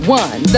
one